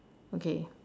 okay